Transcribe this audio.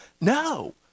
No